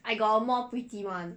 I got a more pretty one